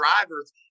drivers